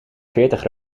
veertig